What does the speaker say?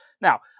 Now